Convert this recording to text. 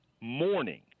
morning